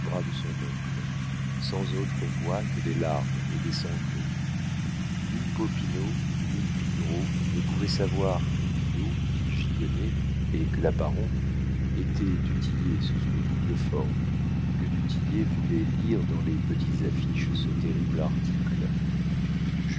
de son oncle sans autre voix que des larmes et des sanglots ni popinot ni pillerault ne pouvaient savoir que bidault dit gigonnet et claparon étaient du tillet sous une double forme que du tillet voulait lire dans les petites affiches ce terrible article